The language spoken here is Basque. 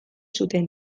zuten